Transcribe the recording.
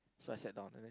so I sat down